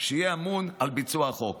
שיהיה אמון על ביצוע החוק.